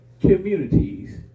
communities